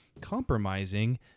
Compromising